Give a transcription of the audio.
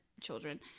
children